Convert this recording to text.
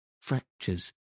fractures